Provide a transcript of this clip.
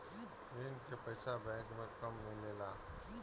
ऋण के पइसा बैंक मे कब मिले ला?